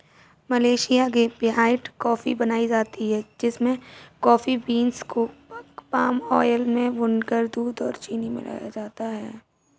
Malaysia में white coffee बनाई जाती है जिसमें कॉफी बींस को पाम आयल में भूनकर दूध और चीनी मिलाया जाता है